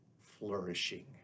flourishing